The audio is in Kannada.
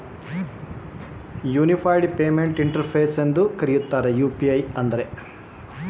ಯು.ಪಿ.ಐ ಏನನ್ನು ಹೇಳುತ್ತದೆ?